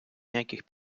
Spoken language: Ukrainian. ніяких